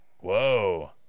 whoa